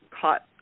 caught